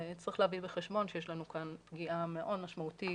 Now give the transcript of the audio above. צריך להביא בחשבון שיש לנו כאן פגיעה מאוד משמעותית